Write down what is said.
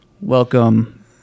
Welcome